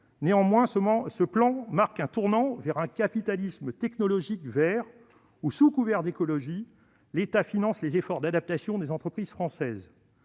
Néanmoins, il marque un tournant vers un capitalisme technologique vert, par lequel, sous couvert d'écologie, l'État finance les efforts d'adaptation des entreprises françaises.